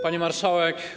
Pani Marszałek!